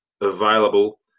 available